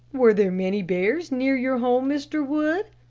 were there many bears near your home, mr. wood?